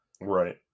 Right